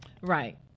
Right